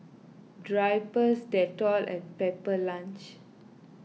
Drypers Dettol and Pepper Lunch